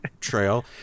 trail